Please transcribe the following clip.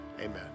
amen